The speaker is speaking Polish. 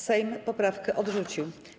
Sejm poprawkę odrzucił.